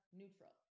neutral